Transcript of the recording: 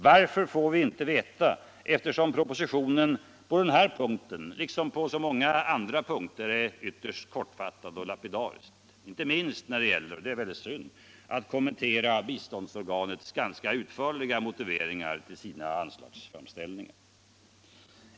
Varför får vi inte veta, eftersom propositionen på den här punkten liksom på så många andra punkter är ytterst lapidarisk, inte minst när det gäller — och det är synd — att kommentera biståndsorganets ganska utförliga motiveringar till sina anslagsframställningar.